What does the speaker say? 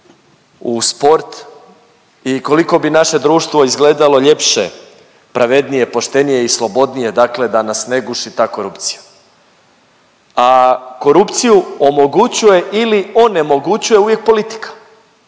u sport i koliko bi naše društvo izgledalo ljepše, pravednije, poštenije i slobodnije da nas ne guši ta korupcija. A korupciju omogućuje ili onemogućuje uvijek politika